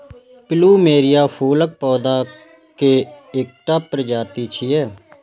plumeria फूलक पौधा के एकटा प्रजाति छियै